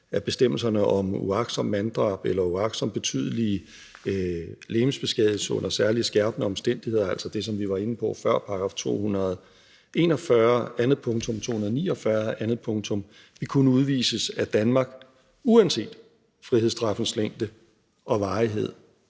af bestemmelserne om uagtsomt manddrab eller uagtsom betydelig legemsbeskadigelse under særlig skærpende omstændigheder, altså det, som vi var inde på før, § 241, andet punktum, § 249, andet punktum, vil kunne udvises af Danmark uanset frihedsstraffens længde og varighed